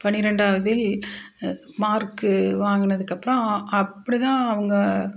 பன்னிரெண்டாவதில் mark வாங்கினதுக்கப்றம் அப்படிதான் அவங்க